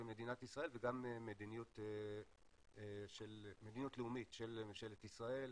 מדינת ישראל וגם מדיניות לאומית של ממשלת ישראל.